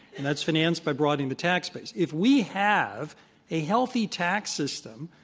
and that's financed by broadening the tax base. if we have a healthy tax system,